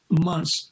months